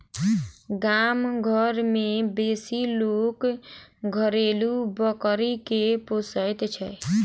गाम घर मे बेसी लोक घरेलू बकरी के पोसैत छै